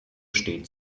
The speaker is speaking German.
steht